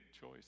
choice